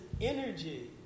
energy